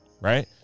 right